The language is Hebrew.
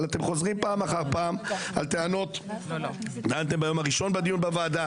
אבל אתם חוזרים פעם אחר פעם על טענות שטענתם ביום הראשון בוועדה,